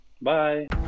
bye